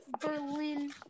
Berlin